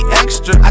extra